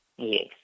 Yes